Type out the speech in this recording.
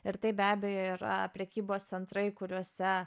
ir tai be abejo yra prekybos centrai kuriuose